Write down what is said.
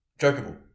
jokeable